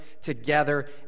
together